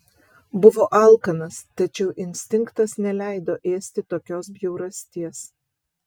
buvo alkanas tačiau instinktas neleido ėsti tokios bjaurasties